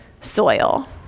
soil